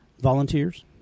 volunteers